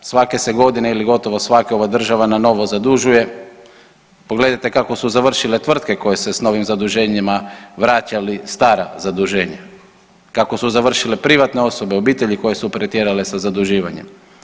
Svake se godine ili gotovo svake ova država nanovo zadužuje, pogledajte kako su završile tvrtke koje se s novim zaduženjima vraćali stara zaduženja, kako su završile privatne osobe, obitelji koje su pretjerale sa zaduživanjem.